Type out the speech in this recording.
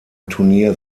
turnier